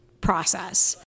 process